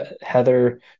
Heather